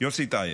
יוסי טייב.